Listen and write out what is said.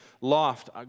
loft